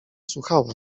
słuchała